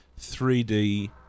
3D